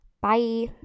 Bye